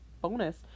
bonus